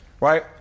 right